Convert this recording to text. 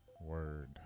Word